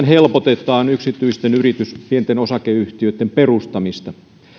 helpotetaan pienten osakeyhtiöitten perustamista